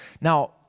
Now